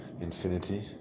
infinity